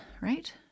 right